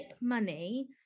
money